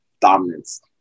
dominance